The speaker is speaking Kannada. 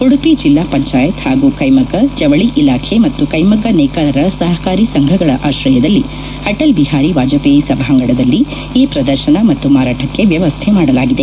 ಉಡುಪಿ ಜಿಲ್ಲಾ ಪಂಚಾಯತ್ ಹಾಗೂ ಕೈಮಗ್ಗ ಜವಳಿ ಇಲಾಖೆ ಮತ್ತು ಕೈಮಗ್ಗ ನೇಕಾರರ ಸಹಕಾರಿ ಸಂಘಗಳ ಆಶ್ರಯದಲ್ಲಿ ಅಟಲ್ ಬಿಹಾರಿ ವಾಜಪೇಯಿ ಸಭಾಂಗಣದಲ್ಲಿ ಈ ಪ್ರದರ್ಶನ ಮತ್ತು ಮಾರಾಟಕ್ಕೆ ವ್ಯವಸ್ಥೆ ಮಾಡಲಾಗಿದೆ